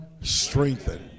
strengthened